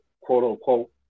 quote-unquote